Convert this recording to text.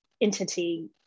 entity